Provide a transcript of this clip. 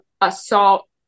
assault